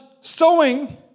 sowing